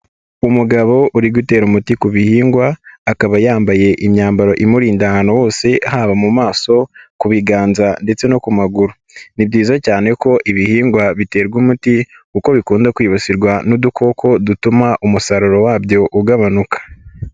Umugabo uri gutera umuti ku bihingwa, akaba yambaye imyambaro imurinda ahantu hose haba mu maso, ku biganza ndetse no ku maguru, ni byiza cyane ko ibihingwa biterwa umuti kuko bikunda kwibasirwa n'udukoko dutuma umusaruro wabyo ugabanuka.